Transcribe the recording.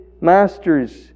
Masters